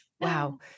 Wow